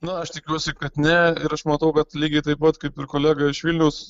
na aš tikiuosi kad ne ir aš matau kad lygiai taip pat kaip ir kolega iš vilniaus